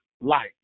light